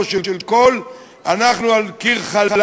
כל האומר "דוד חטא"